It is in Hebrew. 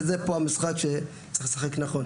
וזה פה המשחק שצריך לשחק נכון.